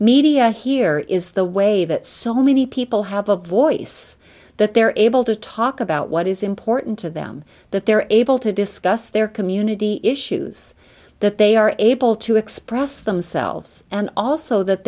media here is the way that so many people have a voice that they're able to talk about what is important to them that they're able to discuss their community issues that they are able to express themselves and also that